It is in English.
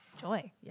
joy